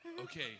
okay